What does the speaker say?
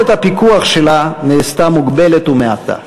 יכולת הפיקוח שלה נעשתה מוגבלת ומעטה.